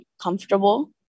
comfortable